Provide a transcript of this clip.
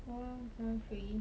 free